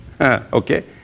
okay